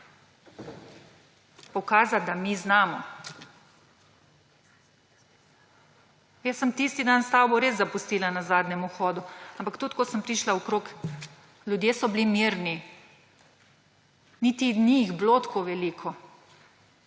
pokazati, da mi znamo. Jaz sem tisti dal stavbo res zapustila na zadnjem vhodu, ampak tudi ko sem prišla okrog, ljudje so bili mirni, niti ni jih bilo tako veliko.